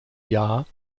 jahr